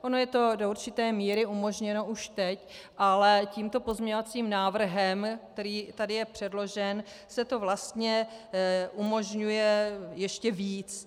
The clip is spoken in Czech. Ono je to do určité míry umožněno už teď, ale tímto pozměňovacím návrhem, který tady je předložen, se to vlastně umožňuje ještě víc.